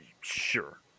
Sure